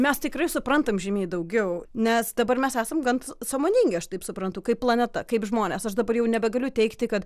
mes tikrai suprantam žymiai daugiau nes dabar mes esam gan sąmoningi aš taip suprantu kaip planeta kaip žmonės aš dabar jau nebegaliu teigti kad